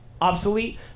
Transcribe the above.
obsolete